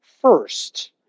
first